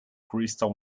crystal